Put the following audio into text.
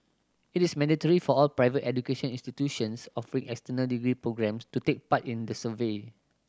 it is mandatory for all private education institutions offering external degree programmes to take part in the survey